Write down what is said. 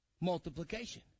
multiplication